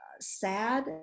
sad